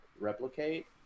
replicate